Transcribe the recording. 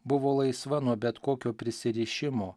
buvo laisva nuo bet kokio prisirišimo